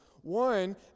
One